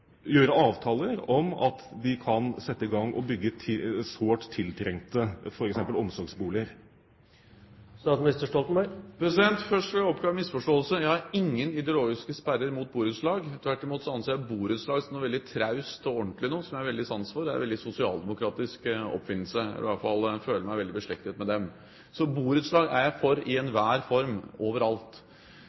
om at de kan sette i gang å bygge f.eks. sårt tiltrengte omsorgsboliger? Først vil jeg oppklare en misforståelse. Jeg har ingen ideologiske sperrer mot borettslag. Tvert imot anser jeg borettslag som noe veldig traust og ordentlig noe, som jeg har veldig sans for. Det er en sosialdemokratisk oppfinnelse, i hvert fall føler jeg meg veldig beslektet med det. Så borettslag er jeg for i enhver form overalt.